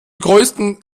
größten